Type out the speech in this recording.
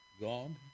God